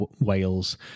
Wales